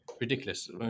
ridiculous